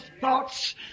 thoughts